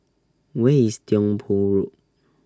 Where IS Tiong Poh Road